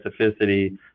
specificity